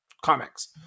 comics